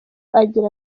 agira